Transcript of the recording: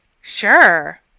Sure